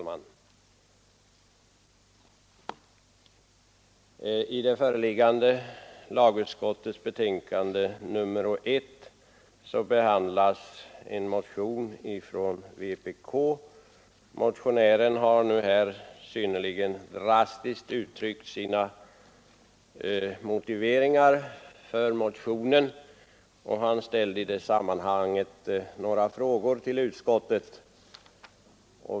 Herr talman! I lagutskottets föreliggande betänkande nr 1 behandlas en motion från vpk. Motionären har nu synnerligen drastiskt uttryckt sina motiveringar för motionen och i det sammanhanget ställt några frågor till utskottet.